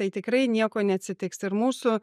tai tikrai nieko neatsitiks ir mūsų